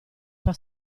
tua